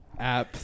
apps